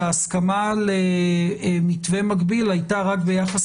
שההסכמה על מתווה מקביל הייתה רק ביחס